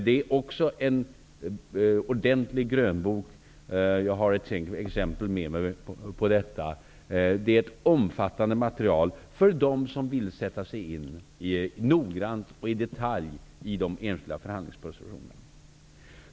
Det är också en ordentlig grönbok som innehåller omfattande material för dem som noggrant och i detalj vill sätta sig in i de enskilda förhandlingspositionerna.